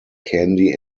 candy